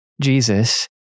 Jesus